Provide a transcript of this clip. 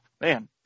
man